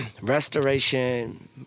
restoration